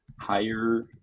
higher